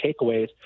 takeaways